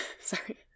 sorry